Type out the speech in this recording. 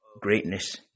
greatness